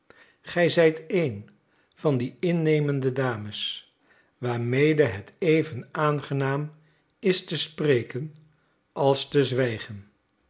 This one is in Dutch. gij zijt een van die innemende dames waarmede het even aangenaam is te spreken als te zwijgen